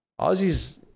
Aussies